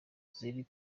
ziri